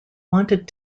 wanted